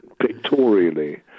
pictorially